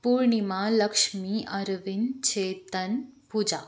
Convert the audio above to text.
Purnima Lakshmi Arvind Chetan Pooja